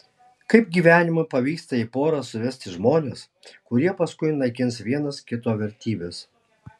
kaip gyvenimui pavyksta į porą suvesti žmones kurie paskui naikins vienas kito vertybes